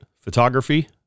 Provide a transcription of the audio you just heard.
photography